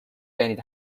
دانید